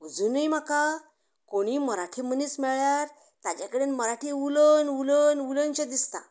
अजुनूय म्हाका कोणूय मराठी मनीस मेळ्यार ताचे कडेन मराठी उलयन उलयनशें दिसता